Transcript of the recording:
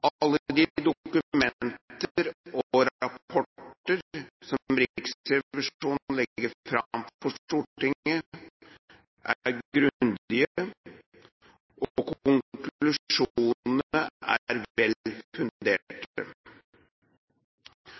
Alle de dokumenter og rapporter som Riksrevisjonen legger fram for Stortinget, er grundige, og